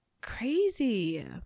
Crazy